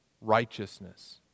righteousness